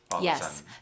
Yes